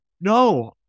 No